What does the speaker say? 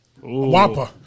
Whopper